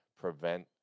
prevent